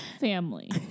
Family